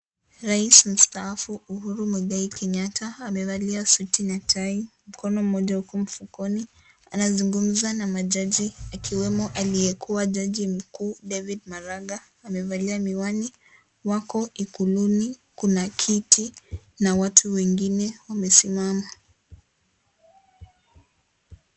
Rais mstaafu Uhuru Muigai Kenyatta amevalia suti na tai, mkono mmoja uko mfukoni. Anazungumza na majaji ikiwemo aliyekuwa Jaji Mkuu, David Maraga, amevalia miwani. Wako ikuluni. Kuna kiti na watu wengine wamesimama.